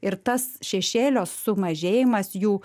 ir tas šešėlio sumažėjimas jų